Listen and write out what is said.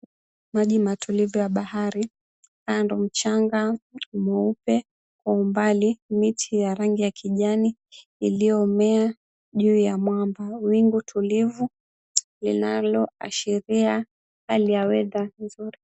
Maji matulivu ya bahari. Kando, mchanga ni mweupe. Kwa umbali miti ya rangi ya kijani iliyomea juu ya mwamba. Wingu tulivu linaloashiria hali ya weather ni nzuri.